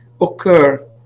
occur